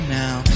now